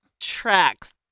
tracks